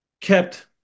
kept